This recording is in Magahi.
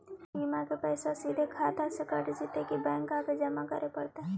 बिमा के पैसा सिधे खाता से कट जितै कि बैंक आके जमा करे पड़तै?